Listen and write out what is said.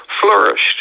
flourished